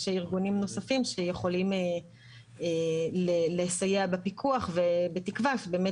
ארגונים נוספים שיכולים לסייע בפיקוח ובתקווה שבאמת